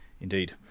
Indeed